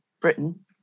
Britain